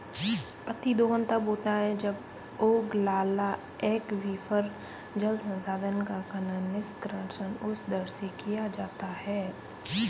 अतिदोहन तब होता है जब ओगलाला एक्वीफर, जल संसाधन का खनन, निष्कर्षण उस दर से किया जाता है